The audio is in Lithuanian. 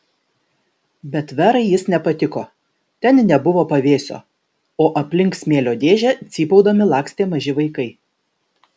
bet verai jis nepatiko ten nebuvo pavėsio o aplink smėlio dėžę cypaudami lakstė maži vaikai